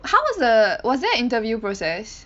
how was the was there an interview process